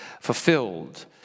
fulfilled